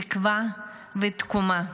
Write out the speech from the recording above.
תקווה ותקומה.